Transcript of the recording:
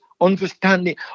understanding